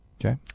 Okay